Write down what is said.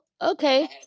okay